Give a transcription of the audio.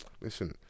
listen